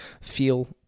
feel